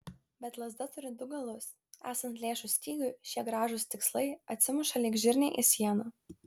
bet lazda turi du galus esant lėšų stygiui šie gražūs tikslai atsimuša lyg žirniai į sieną